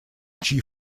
чьи